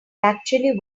actually